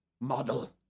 model